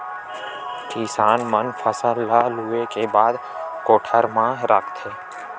किसान मन फसल ल लूए के बाद कोठर म राखथे